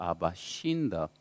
Abashinda